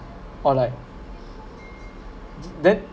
or like then